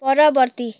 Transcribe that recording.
ପରବର୍ତ୍ତୀ